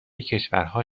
کشورها